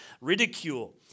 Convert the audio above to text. ridicule